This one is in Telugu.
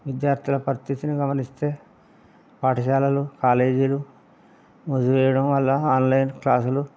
విద్యార్థుల పరిస్థితిని గమనిస్తే పాఠశాలలు కాలేజీలు మదు వేయడం వల్ల ఆన్లైన్ క్లాసులు